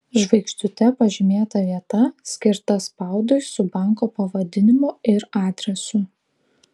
žvaigždute pažymėta vieta skirta spaudui su banko pavadinimu ir adresu